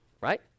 right